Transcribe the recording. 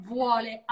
vuole